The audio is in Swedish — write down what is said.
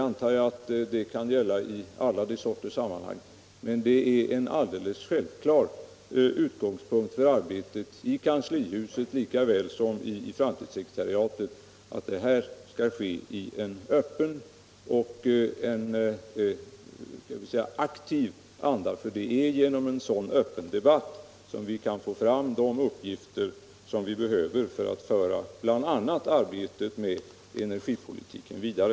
Men det är en alldeles självklar utgångspunkt för arbetet i kanslihuset lika väl som i sekretariatet för framtidsstudier att det skall ske i en öppen och låt mig säga aktiv anda, för det är genom en sådan öppen debatt som vi kan få fram de uppgifter som vi behöver för att föra bl.a. arbetet med energipolitiken vidare.